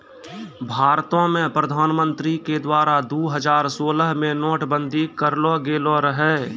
भारतो मे प्रधानमन्त्री के द्वारा दु हजार सोलह मे नोट बंदी करलो गेलो रहै